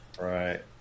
right